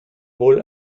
wohl